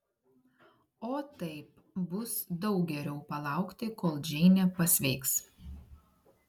o taip bus daug geriau palaukti kol džeinė pasveiks